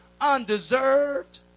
undeserved